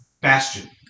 bastion